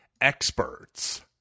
experts